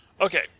Okay